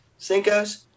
Cincos